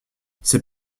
ses